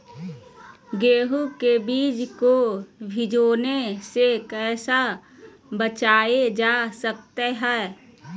गेंहू के बीज को बिझने से कैसे बचाया जा सकता है?